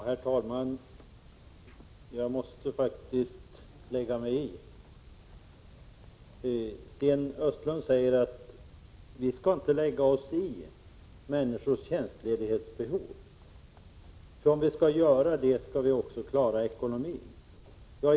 Herr talman! Jag måste faktiskt lägga mig i. Sten Östlund säger att vi inte skall lägga oss i människors behov av tjänstledighet, eftersom vi om vi skall göra det också måste klara ekonomin.